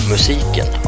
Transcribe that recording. Musiken